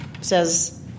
says